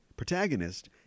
Protagonist